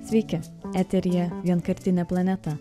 sveiki eteryje vienkartinė planeta